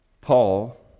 Paul